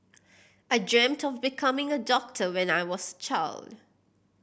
I dreamt of becoming a doctor when I was child